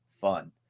fun